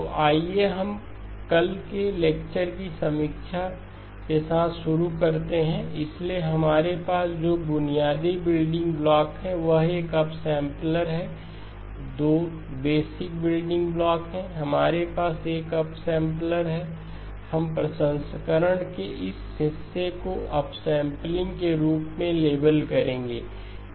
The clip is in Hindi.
तो आइए हम कल के लेक्चर की समीक्षा के साथ शुरू करते हैं इसलिए हमारे पास जो बुनियादी बिल्डिंग ब्लॉक है वह एक अपसैंपलर है 2 बेसिक बिल्डिंग ब्लॉक हैं हमारे पास एक अपसैंपलर है हम प्रसंस्करण के इस हिस्से को अपस्मैपलिंग के रूप में लेबल करेंगे